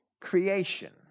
creation